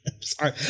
sorry